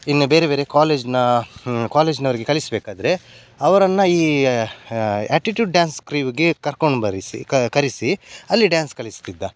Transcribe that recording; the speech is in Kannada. ಇನ್ನು ಬೇರೆ ಬೇರೆ ಕಾಲೇಜ್ನ ಕಾಲೇಜ್ನವರಿಗೆ ಕಲಿಸಬೇಕಾದ್ರೆ ಅವ್ರನ್ನು ಈ ಆ್ಯಟ್ಟಿಟ್ಯೂಡ್ ಡ್ಯಾನ್ಸ್ ಕ್ರ್ಯೂವಿಗೆ ಕರ್ಕೊಂಡು ಬರಿಸಿ ಕರೆಸಿ ಅಲ್ಲಿ ಡ್ಯಾನ್ಸ್ ಕಲಿಸ್ತಿದ್ದ